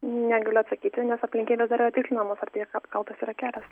negaliu atsakyti nes aplinkybės dar yra tikslinamos ar tiesiog kaltas yra kelias